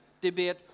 debate